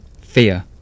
Fear